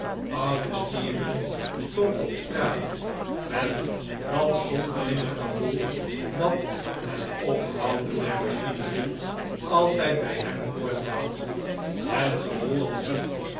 oude stephen stond op straat met dat zonderlinge gevoel dat het ophouden der machinerie altijd bij hem voortbracht het gevoel alsof